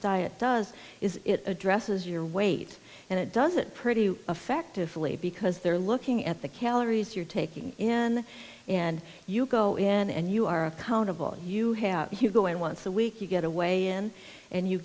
diet does is it addresses your weight and it does it pretty effectively because they're looking at the calories you're taking in and you go in and you are accountable you have hugo and once a week you get a way in and you